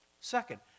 Second